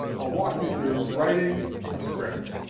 i'll walk you through writing a script.